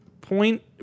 point